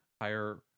higher